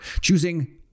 choosing